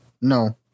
no